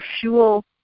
fuel